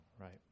right